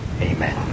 Amen